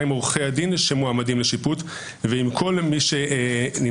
גם עם עורכי הדין שמועמדים לשיפוט ועם כל מי שנמצא.